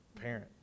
parent